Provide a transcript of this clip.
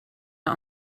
der